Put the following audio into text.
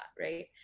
right